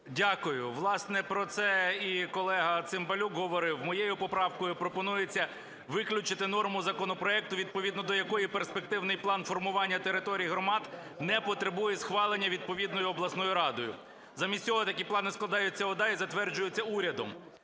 Дякую. Власне, про це і колега Цимбалюк говорив. Моєю поправкою пропонується виключити норму законопроекту, відповідно до якої перспективний план формування територій громад не потребує схвалення відповідною обласною радою. Замість цього такі плани складаються ОДА і затверджуються урядом.